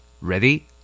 Ready